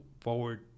forward